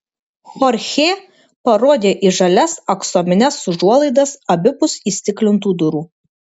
chorchė parodė į žalias aksomines užuolaidas abipus įstiklintų durų